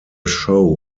show